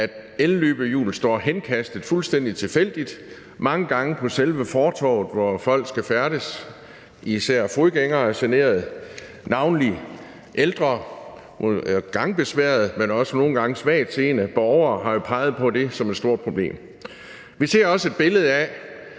at elløbehjul står henkastet fuldstændig tilfældigt, mange gange på selv fortovet, hvor folk skal færdes, og især fodgængere er generet. Ældre og gangbesværede, men også svagtseende borgere har peget på det som et stort problem. Vi ser også et billede af,